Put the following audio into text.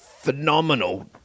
phenomenal